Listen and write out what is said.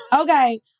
Okay